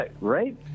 Right